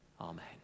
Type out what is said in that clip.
Amen